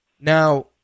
Now